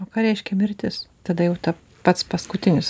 o ką reiškia mirtis tada jau ta pats paskutinis